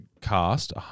cast